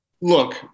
Look